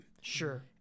Sure